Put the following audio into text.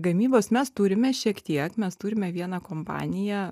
gamybos mes turime šiek tiek mes turime vieną kompaniją